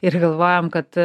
ir galvojam kad